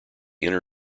inner